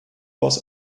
was